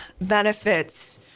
benefits